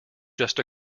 just